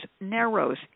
narrows